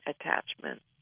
attachment